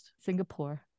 Singapore